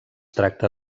tracta